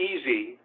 easy